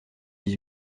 dix